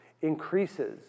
increases